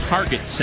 Target